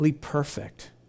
perfect